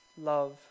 love